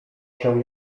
się